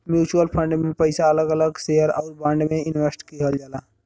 mutual fund में पइसा अलग अलग शेयर आउर बांड में इनवेस्ट किहल जाला